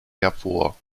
hervor